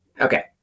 Okay